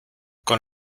con